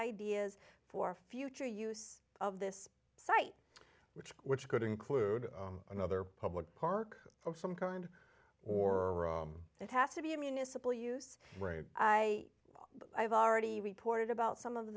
ideas for future use of this site which which could include another public park for some kind or it has to be a municipal use i have already reported about some of